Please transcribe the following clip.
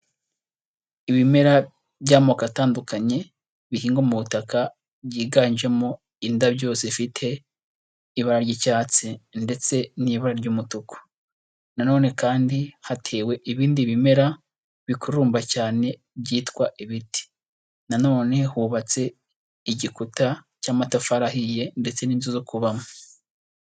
Ibimera by'amoko atandukanye bihingwa mu butaka byiganjemo indabyo zifite ibara ry'icyatsi ndetse n'ibara ry'umutuku, nanone kandi hatewe ibindi bimera bikurumba cyane byitwa ibiti, nanone hubatse igikuta cy'amatafari ahiye ndetse n'inzu zo kubamo.